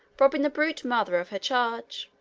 robbing the brute mother of her charge.